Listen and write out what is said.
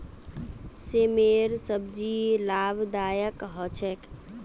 सेमेर सब्जी लाभदायक ह छेक